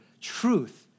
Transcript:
truth